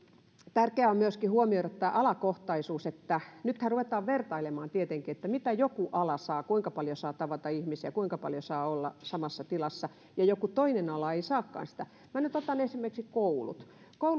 tärkeää on myöskin huomioida tämä alakohtaisuus nythän ruvetaan tietenkin vertailemaan mitä joku ala saa kuinka paljon saa tavata ihmisiä kuinka paljon saa olla samassa tilassa ja joku toinen ala ei saakaan sitä minä nyt otan esimerkiksi koulut